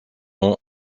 non